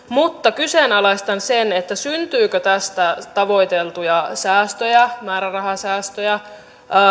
mutta kyseenalaistan sen syntyykö tästä tavoiteltuja määrärahasäästöjä